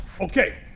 Okay